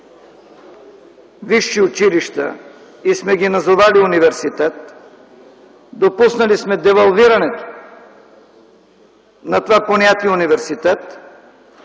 висши училища и сме ги назовали „университет”, допуснали сме девалвирането на това понятие „университет”,